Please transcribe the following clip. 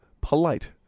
polite